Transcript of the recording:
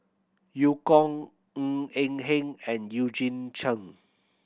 Eu Kong Ng Eng Hen and Eugene Chen